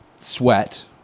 sweat